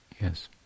Yes